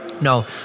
No